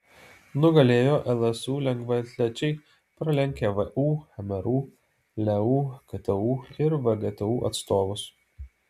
nugalėjo lsu lengvaatlečiai pralenkę vu mru leu ktu ir vgtu atstovus